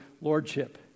lordship